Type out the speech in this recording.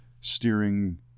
steering